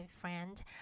friend